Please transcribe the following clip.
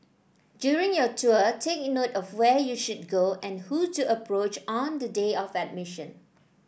during your tour take in note of where you should go and who to approach on the day of admission